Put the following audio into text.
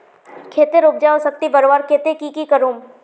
खेतेर उपजाऊ शक्ति बढ़वार केते की की करूम?